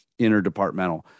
interdepartmental